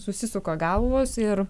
susisuka galvos ir